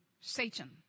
Satan